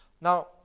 Now